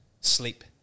sleep